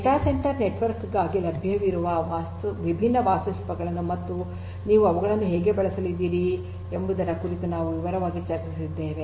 data centre network ಗಾಗಿ ಲಭ್ಯವಿರುವ ವಿಭಿನ್ನ ವಾಸ್ತುಶಿಲ್ಪಗಳನ್ನು ಮತ್ತು ನೀವು ಅವುಗಳನ್ನು ಹೇಗೆ ಬಳಸಲಿದ್ದೀರಿ ಎಂಬುದರ ಕುರಿತು ನಾವು ವಿವರವಾಗಿ ಚರ್ಚಿಸಿದ್ದೇವೆ